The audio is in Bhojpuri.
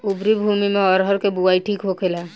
उपरी भूमी में अरहर के बुआई ठीक होखेला?